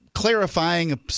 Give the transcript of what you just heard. clarifying